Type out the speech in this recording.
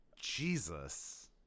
Jesus